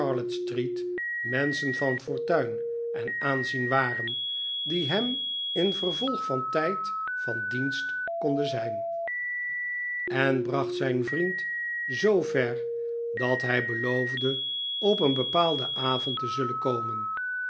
menschen van fortuin en aanzien waren die hem in vervolg van tijd van dienst konden zijn en bracht zijn vriend zoo ver dat hij beloofde op een bepaalden avond tezullen komen